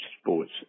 Sports